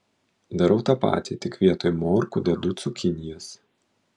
darau tą patį tik vietoj morkų dedu cukinijas